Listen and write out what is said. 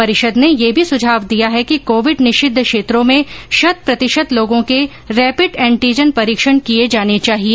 परिषद ने यह भी सुझाव दिया है कि कोविड निषिद्व क्षेत्रों में शत प्रतिशत लोगों के रेपिड एंटीजन परीक्षण किए जाने चाहिए